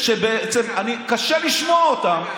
שקשה לשמוע אותם,